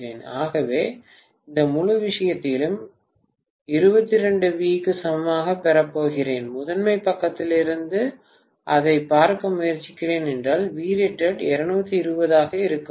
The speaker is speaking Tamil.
ஆகவே இந்த முழு விஷயத்தையும் 22 V க்கு சமமாகப் பெறப்போகிறேன் முதன்மை பக்கத்திலிருந்து அதைப் பார்க்க முயற்சிக்கிறேன் என்றால் Vrated 220 V ஆக இருக்கும்போது